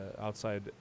outside